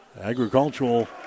Agricultural